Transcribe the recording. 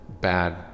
bad